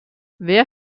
wer